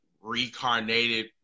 reincarnated